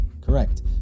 Correct